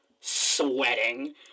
sweating